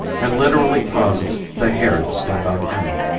and literally causes the hair to stand on end.